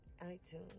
iTunes